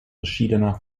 verschiedener